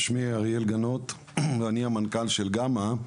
שמי אריאל גנוט ואני המנכ"ל של גמא.